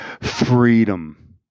Freedom